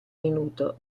minuto